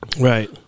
Right